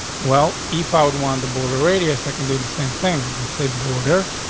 well, if i would want the border radius, i could do the same thing. that's a border.